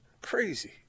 Crazy